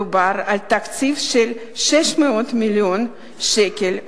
מדובר על תקציב של 600 מיליון שקל,